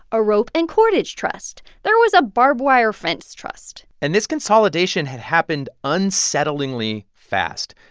a rope and cordage trust. there was a barbed-wire fence trust and this consolidation had happened unsettlingly fast.